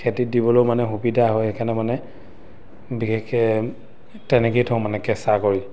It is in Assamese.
খেতিত দিবলৈয়ো মানে সুবিধা হয় সেইকাৰণে মানে বিশেষকৈ তেনেকৈয়ে থওঁ মানে কেঁচা কৰি